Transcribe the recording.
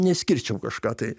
neišskirčiau kažką tai